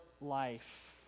life